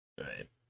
Right